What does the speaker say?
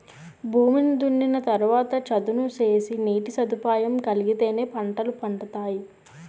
భూమిని దున్నిన తరవాత చదును సేసి నీటి సదుపాయం కలిగిత్తేనే పంటలు పండతాయి